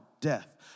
death